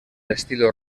estilo